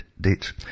date